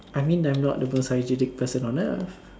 I mean I'm not the most hygienic person on earth